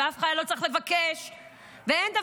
ואף חייל לא צריך לבקש,